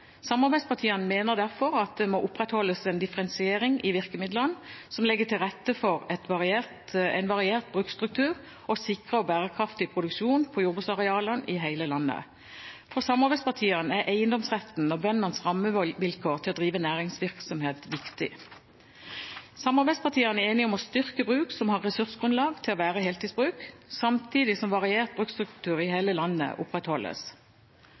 Samarbeidspartiene mener derfor at det må opprettholdes en differensiering i virkemidlene, som legger til rette for en variert bruksstruktur og sikrer bærekraftig produksjon på jordbruksarealene i hele landet. For samarbeidspartiene er eiendomsretten og bøndenes rammevilkår for å drive næringsvirksomhet viktig. Samarbeidspartiene er enige om å styrke bruk som har ressursgrunnlag, til å være heltidsbruk, samtidig som variert bruksstruktur i hele landet opprettholdes.